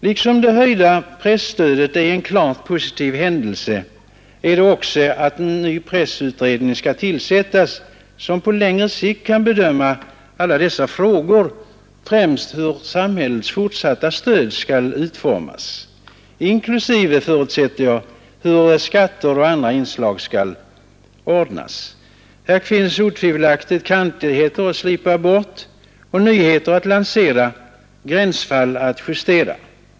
Liksom det höjda presstödet är en klart positiv händelse är det positivt att en ny pressutredning skall tillsättas, som på längre sikt skall bedöma dessa frågor — främst hur samhällets fortsatta stöd skall utformas inklusive, förutsätter jag, hur skatter och andra inslag skall ordnas. Här finns otvivelaktigt kantigheter att slipa bort, nyheter att lansera och gränsfall att justera.